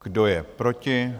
Kdo je proti?